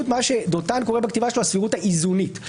שדותן קורא בכתיבה שלו הסבירות האיזונית.